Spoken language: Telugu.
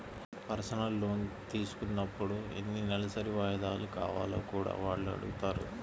పర్సనల్ లోను తీసుకున్నప్పుడు ఎన్ని నెలసరి వాయిదాలు కావాలో కూడా వాళ్ళు అడుగుతారు